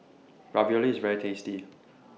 Ravioli IS very tasty